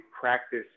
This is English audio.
practice